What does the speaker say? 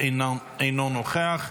אינו נוכח.